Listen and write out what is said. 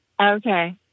Okay